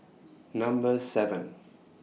Number seven